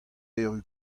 erru